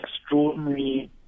extraordinary